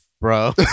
bro